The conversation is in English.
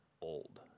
old